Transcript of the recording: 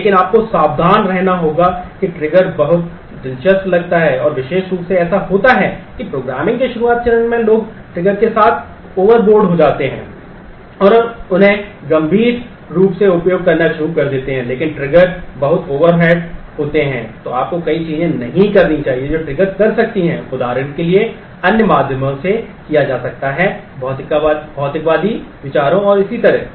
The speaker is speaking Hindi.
लेकिन आपको सावधान रहना होगा कि ट्रिगर कर सकती हैं उदाहरण के लिए अन्य माध्यमों से किया जा सकता है भौतिकवादी विचारों और इसी तरह से